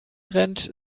brennt